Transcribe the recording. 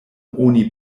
oni